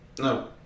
no